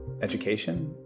education